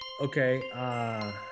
Okay